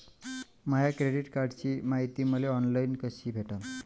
माया credit कार्डची मायती मले ऑनलाईन कसी भेटन?